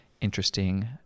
interesting